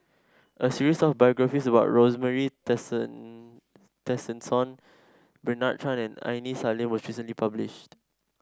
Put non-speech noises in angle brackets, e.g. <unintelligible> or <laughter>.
a series of biographies about Rosemary <unintelligible> Tessensohn Bernard Tan and Aini Salim was recently published